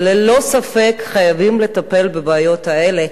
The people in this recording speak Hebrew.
וללא ספק חייבים לטפל בבעיות האלה.